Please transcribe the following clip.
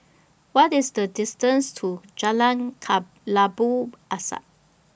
What IS The distance to Jalan Kelabu Asap